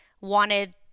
wanted